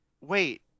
Wait